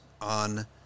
on